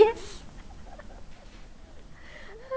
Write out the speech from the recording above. yes